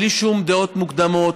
בלי שום דעות קדומות.